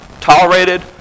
Tolerated